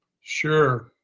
Sure